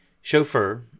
chauffeur